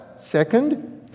Second